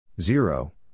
zero